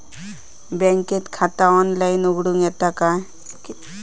बँकेत खाता ऑनलाइन उघडूक येता काय?